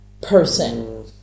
person